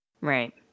Right